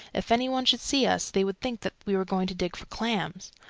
if any one should see us, they would think that we were going to dig for clams.